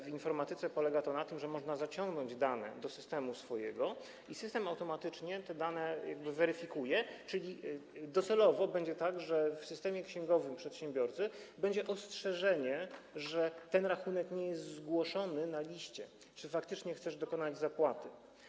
W informatyce polega to na tym, że można zaciągnąć dane do swojego systemu i system automatycznie te dane weryfikuje, czyli docelowo będzie tak, że w systemie księgowym przedsiębiorcy będzie ostrzeżenie, że ten rachunek nie jest zgłoszony na liście, i pojawi się pytanie, czy faktycznie chcesz dokonać zapłaty.